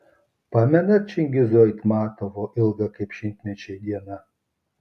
pamenat čingizo aitmatovo ilga kaip šimtmečiai diena